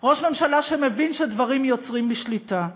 ראש ממשלה שמבין שדברים יוצאים משליטה.